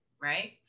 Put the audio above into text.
right